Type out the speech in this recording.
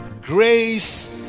grace